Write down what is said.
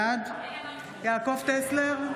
בעד יעקב טסלר,